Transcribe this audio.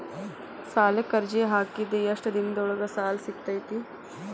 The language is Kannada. ಸಾಲಕ್ಕ ಅರ್ಜಿ ಹಾಕಿದ್ ಎಷ್ಟ ದಿನದೊಳಗ ಸಾಲ ಸಿಗತೈತ್ರಿ?